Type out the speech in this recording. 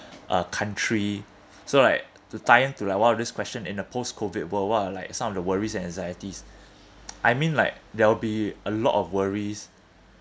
a country so like to tie in to like one of these question in a post COVID world what are like some of the worries and anxieties I mean like there'll be a lot of worries